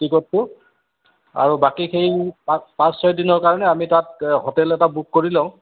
টিকটটো আৰু বাকী সেই পাঁ পাঁচ ছয় দিনৰ কাৰণে আমি তাত হোটেল এটা বুক কৰি লওঁ